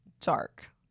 dark